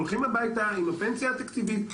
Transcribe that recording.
הולכים הביתה עם הפנסיה התקציבית,